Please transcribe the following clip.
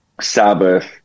Sabbath